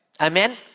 Amen